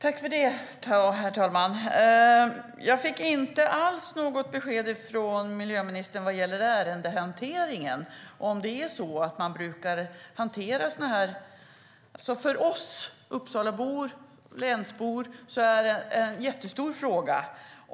Herr talman! Jag fick inte alls något besked från miljöministern var gäller ärendehanteringen. För oss Uppsalabor och länsbor är det en jättestor fråga.